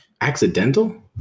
Accidental